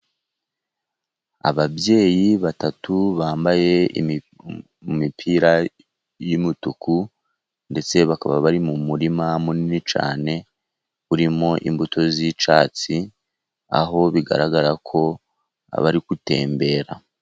Ababyeyi batatu bambaye imipira y'umutuku ndetse bakaba bari mu murima munini cyane urimo imbuto z'icyatsi aho bigaragara ko abari gutembera.